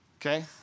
okay